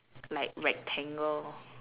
like rectangle